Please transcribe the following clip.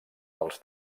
dels